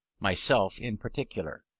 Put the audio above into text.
myself in particular.